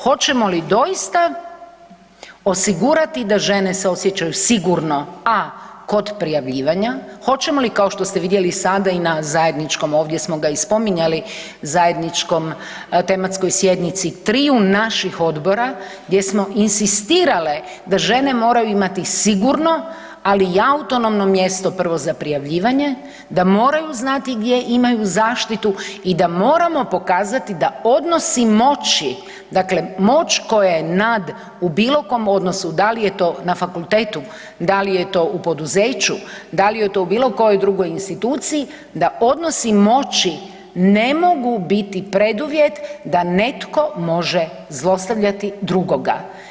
Hoćemo li doista osigurati da žene se osjećaju sigurno a kod prijavljivanja, hoćemo li kao što ste vidjeli sada i na zajedničkom ovdje smo ga i spominjali, zajedničkom tematskoj sjednici triju naših odbora gdje smo inzistirale da žene moraju imati sigurno, ali i autonomno mjesto prvo za prijavljivanje, da moraju znati gdje imaju zaštitu i da moramo pokazati da odnosi moći, dakle moć koja je nad u bilo kom odnosu, da li je to na fakultetu, da li je to u poduzeću, da li je to u bilo kojoj drugoj instituciji da odnosi moći ne mogu biti preduvjet da netko može zlostavljati drugoga.